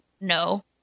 No